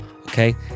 Okay